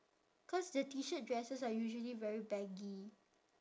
cause the T shirt dresses are usually very baggy